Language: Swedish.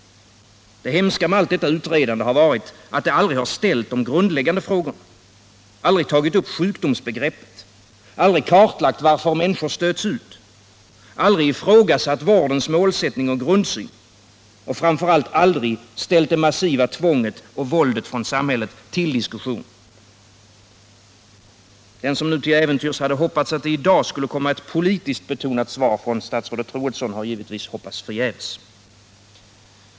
Det hemska med allt detta utredande har varit att man aldrig har ställt de grundläggande frågorna, aldrig tagit upp sjukdomsbegreppet, aldrig kartlagt varför människor stöts ut, aldrig ifrågasatt mål och grundsyn för vården — och framför allt aldrig ställt det massiva tvånget och våldet från samhällets sida under diskussion. Den som nu till äventyrs hade hoppats att det i dag skulle komma ett politiskt betonat svar från statsrådet Troedsson har givetvis hoppats förgäves.